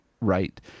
right